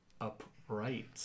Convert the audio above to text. upright